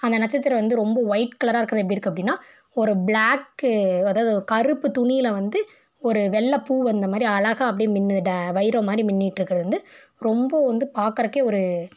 அந்த நட்சத்திரம் வந்து ரொம்ப ஒயிட் கலராக இருக்கிறது எப்டி இருக்குது அப்படின்னா ஒரு பிளாக்கு அதாவது ஒரு கருப்பு துணியில் வந்து ஒரு வெள்ளை பூ வந்த மாதிரி அழகாக அப்டியே மின்னுது வைரம் மாதிரி மின்னிட்டு இருக்கிறது வந்து ரொம்ப வந்து பாக்கறதுக்கே ஒரு